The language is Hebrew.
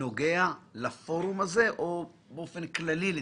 נוגע לפורום הזה או באופן כללי לטיפול?